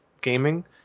gaming